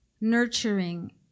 nurturing